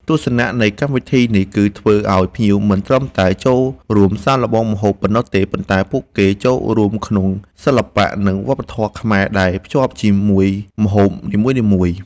ទស្សនៈនៃកម្មវិធីនេះគឺធ្វើឲ្យភ្ញៀវមិនត្រឹមតែ ចូលរួមសាកល្បងម្ហូប ប៉ុណ្ណោះទេ ប៉ុន្តែពួកគេចូលរួមក្នុងសិល្បៈ និងវប្បធម៌ខ្មែរដែលភ្ជាប់ជាមួយម្ហូបនីមួយៗ។